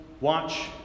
watch